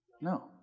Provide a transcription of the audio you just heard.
No